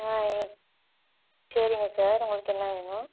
ஆ ஏ சரிங்க சார் உங்களுக்கு என்ன வேணும்